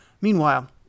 Meanwhile